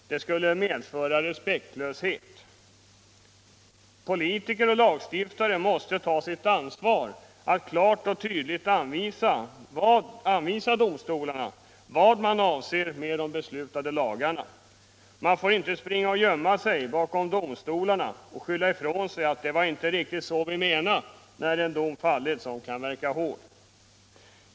Det skulle medföra respektlöshet. Politiker och lagstiftare måste ta sitt ansvar att klart anvisa domstolarna vad de avser med de beslutade lagarna. De får inte springa och gömma sig bakom domstolarna och skylla ifrån sig — säga att det inte var riktigt så de menade, när en dom fallit som kan verka hård.